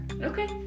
Okay